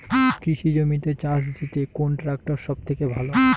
কৃষি জমিতে চাষ দিতে কোন ট্রাক্টর সবথেকে ভালো?